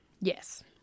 Yes